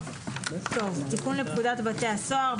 תיקון לפקודת בתי הסוהר7.